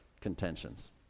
contentions